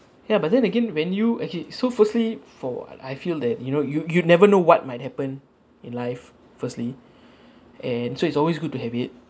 ya but then again when you actually so firstly for what I feel that you know you you never know what might happen in life firstly and so it's always good to have it